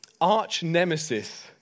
arch-nemesis